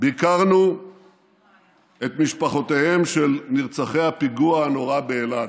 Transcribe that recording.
ביקרנו את משפחותיהם של נרצחי הפיגוע הנורא באלעד.